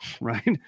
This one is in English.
Right